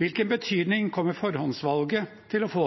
Hvilken betydning kommer forhåndsvalget til å få